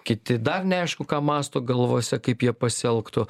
kiti dar neaišku ką mąsto galvose kaip jie pasielgtų